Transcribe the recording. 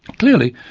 clearly,